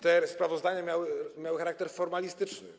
Te sprawozdania miały charakter formalistyczny.